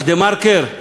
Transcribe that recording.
אז "דה-מרקר",